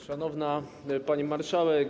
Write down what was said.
Szanowna Pani Marszałek!